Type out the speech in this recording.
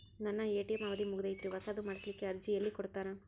ನನ್ನ ಎ.ಟಿ.ಎಂ ಅವಧಿ ಮುಗದೈತ್ರಿ ಹೊಸದು ಮಾಡಸಲಿಕ್ಕೆ ಅರ್ಜಿ ಎಲ್ಲ ಕೊಡತಾರ?